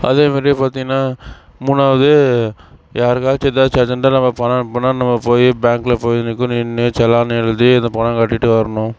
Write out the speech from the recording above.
அதே மாதிரி பார்த்தீங்கனா மூணாவது யாருக்காச்சும் ஏதாச்சும் அர்ஜெண்டாக நம்ம பணம் அனுப்பனுன்னா நம்ம போய் பேங்கில் போய் நின்று செலான் எழுதி இந்த பணம் கட்டிகிட்டு வரணும்